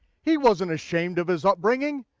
he wasn't ashamed of his upbringing,